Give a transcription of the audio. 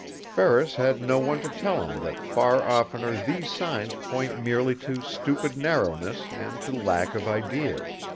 ferris had no one to tell him that far oftener these signs point merely to stupid narrowness and to lack of ideas.